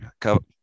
come